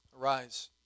arise